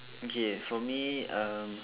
okay for me um